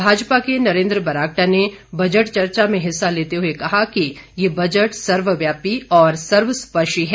भाजपा के नरेंद्र बरागटा ने बजट चर्चा में हिस्सा लेते हुए कहा कि यह बजट सर्वव्यापी और सर्वस्पर्शी है